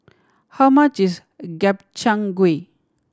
how much is Gobchang Gui